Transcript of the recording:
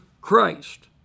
Christ